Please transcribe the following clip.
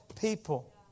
people